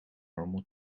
normal